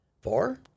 Four